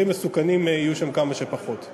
רע"ם, בל"ד, תע"ל.